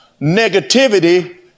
negativity